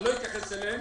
אני לא אתייחס אליהן,